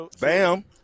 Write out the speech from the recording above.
bam